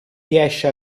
riesce